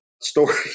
story